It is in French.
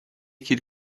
qu’il